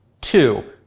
Two